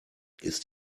ist